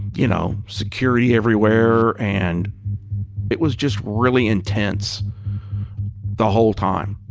you know, security everywhere. and it was just really intense the whole time